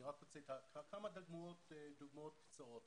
אני רוצה לתת כמה דוגמאות קצרות.